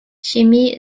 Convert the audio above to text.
chemie